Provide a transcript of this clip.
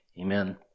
Amen